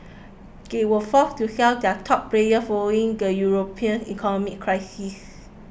they were forced to sell their top players following the European economic crisis